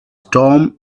storm